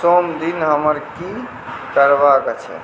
सोम दिन हमर की करबाक छै